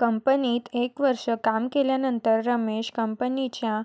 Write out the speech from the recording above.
कंपनीत एक वर्ष काम केल्यानंतर रमेश कंपनिच्या